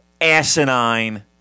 asinine